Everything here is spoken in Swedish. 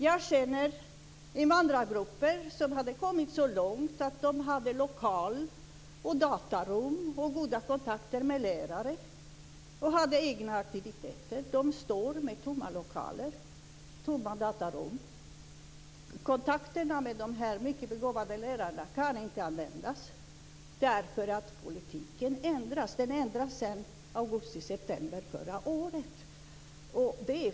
Jag känner invandrargrupper som hade kommit så långt att de hade lokal, datarum och goda kontakter med lärare och som hade egna aktiviteter. De står med tomma lokaler, tomma datarum. Kontakterna med de mycket begåvade lärarna kan inte användas därför att politiken har ändrats. Den har ändrats sedan augusti, september förra året.